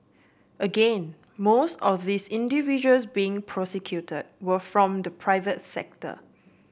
again most of these individuals being prosecuted were from the private sector